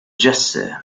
jesse